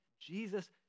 Jesus